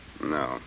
No